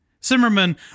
Simmerman